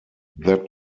that